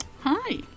Hi